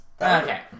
Okay